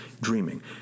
Dreaming